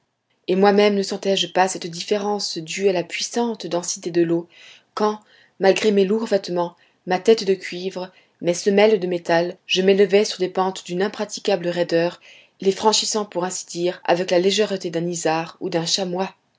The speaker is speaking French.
et moi-même ne sentais-je pas cette différence due à la puissante densité de l'eau quand malgré mes lourds vêtements ma tête de cuivre mes semelles de métal je m'élevais sur des pentes d'une impraticable raideur les franchissant pour ainsi dire avec la légèreté d'un isard ou d'un chamois